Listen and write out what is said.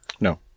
No